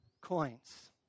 coins